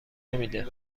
نمیده